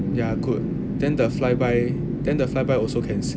ya good then the fly by then the fly by also can sync